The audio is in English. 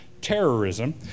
terrorism